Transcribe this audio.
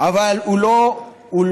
אבל הוא לא מוחלט.